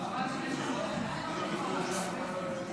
הרחבת תקופת הגנה מפני פיטורים למשרתי